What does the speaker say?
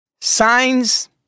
Signs